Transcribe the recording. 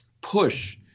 push